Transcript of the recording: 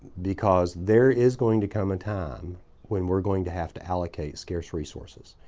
because there is going to come a time when we're going to have to allocate scarce resources.